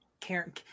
Karen